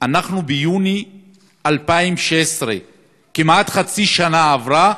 אנחנו ביוני 2016. כמעט חצי שנה עברה,